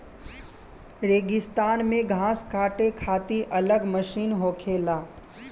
रेगिस्तान मे घास काटे खातिर अलग मशीन होखेला